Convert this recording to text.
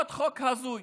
עוד חוק הזוי,